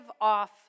off